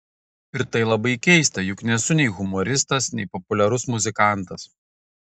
ir tai labai keista juk nesu nei humoristas nei populiarus muzikantas